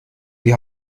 die